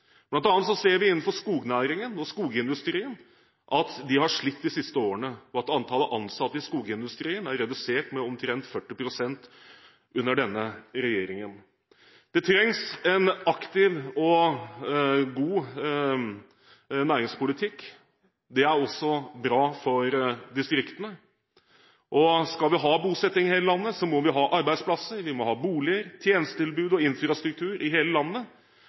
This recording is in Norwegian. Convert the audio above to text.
ser vi at skognæringen og skogindustrien har slitt de siste årene, og at antallet ansatte i skogindustrien er redusert med omtrent 40 pst. under denne regjeringen. Det trengs en aktiv og god næringspolitikk. Det er også bra for distriktene. Skal vi ha bosetting her i landet, må vi ha arbeidsplasser, vi må ha boliger, tjenestetilbud og infrastruktur i hele landet.